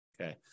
Okay